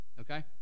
Okay